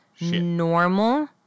Normal